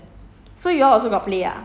premium bubble tea